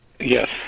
Yes